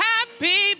Happy